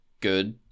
good